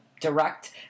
direct